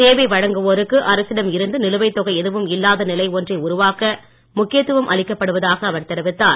சேவை வழங்குவோருக்கு அரசிடம் இருந்து நிலுவைத் தொகை எதுவும் இல்லாத நிலை ஒன்றை உருவாக்க முக்கியத்துவம் அளிக்கப்படுவதாக அவர் தெரிவித்தார்